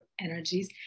energies